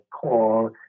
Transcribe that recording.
call